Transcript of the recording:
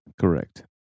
Correct